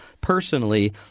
personally